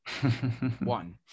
one